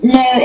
no